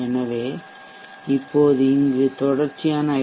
எனவே இப்போது இங்கு தொடர்ச்சியான ஐ